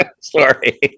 Sorry